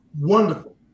wonderful